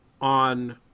on